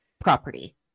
property